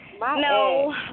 No